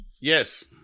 Yes